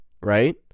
Right